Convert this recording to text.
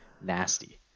Nasty